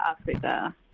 Africa